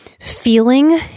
feeling